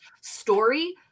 story